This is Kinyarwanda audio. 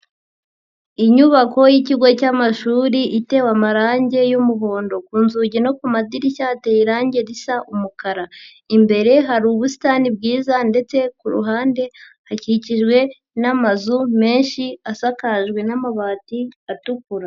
Inyubako y'ikigo cyamashuri itewe amarangi y'umuhondo, ku nzugi no ku madirishya hateye irangi risa umukara, imbere hari ubusitani bwiza ndetse ku ruhande hakikijwe n'amazu menshi asakajwe n'amabati atukura.